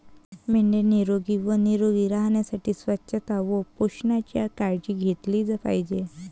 मेंढ्या निरोगी व निरोगी राहण्यासाठी स्वच्छता व पोषणाची काळजी घेतली पाहिजे